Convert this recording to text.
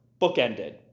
bookended